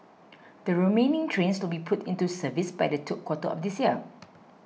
the remaining trains will be put into service by the third quarter of this year